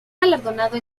galardonado